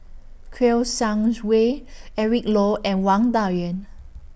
Kouo Shang Wei Eric Low and Wang Dayuan